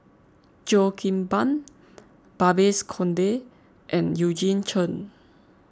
Cheo Kim Ban Babes Conde and Eugene Chen